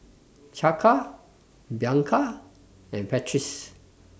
Chaka Bianca and Patrice